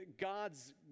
God's